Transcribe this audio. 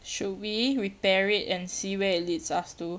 should we repair it and see where it leads us to